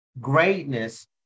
Greatness